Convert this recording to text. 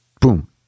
boom